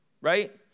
Right